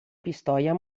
pistoia